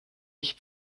ich